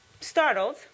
Startled